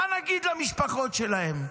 מה נגיד למשפחות שלהם?